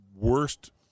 worst